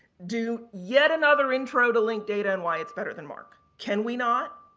do yet another intro to linked data and why it's better than marc? can we not?